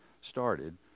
started